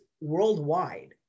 worldwide